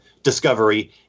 Discovery